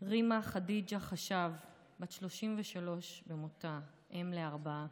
רימה חדיג'ה חשב, בת 33 במותה, אם לארבעה,